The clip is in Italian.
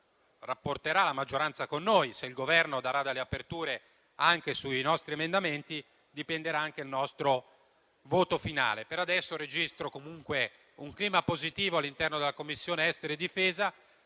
rapporterà la maggioranza con noi. Se da parte del Governo ci saranno delle aperture sui nostri emendamenti, da ciò dipenderà anche il nostro voto finale. Per adesso registro comunque un clima positivo all'interno della Commissione esteri e difesa,